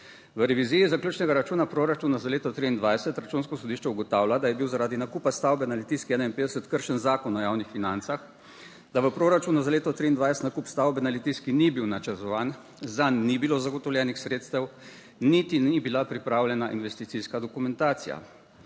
V reviziji zaključnega računa proračuna za leto 2023 Računsko sodišče ugotavlja, da je bil zaradi nakupa stavbe na Litijski 51 kršen Zakon o javnih financah, da v proračunu za leto 2023 nakup stavbe na Litijski ni bil načrtovan, zanj ni bilo zagotovljenih sredstev, niti ni bila pripravljena investicijska dokumentacija.